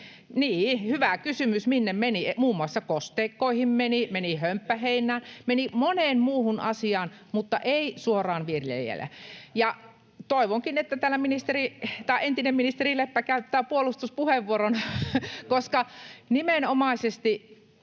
hyvä kysymys, minne meni. Muun muassa kosteikkoihin meni, meni hömppäheinään, meni moneen muuhun asiaan, mutta ei suoraan viljelijälle. — Toivonkin, että täällä entinen ministeri Leppä käyttää puolustuspuheenvuoron, koska nimenomaisesti